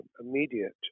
immediate